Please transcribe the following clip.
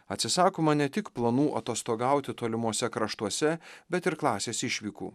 atsisakoma ne tik planų atostogauti tolimuose kraštuose bet ir klasės išvykų